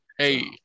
Hey